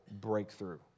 breakthrough